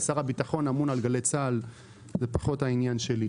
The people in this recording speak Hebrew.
שר הביטחון אמון על גלי צה"ל וזה פחות העניין שלי.